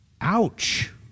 Ouch